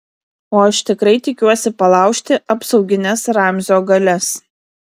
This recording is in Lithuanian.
o aš tikrai tikiuosi palaužti apsaugines ramzio galias